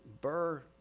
Burr